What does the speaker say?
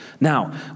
Now